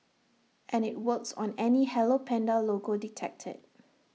and IT works on any hello Panda logo detected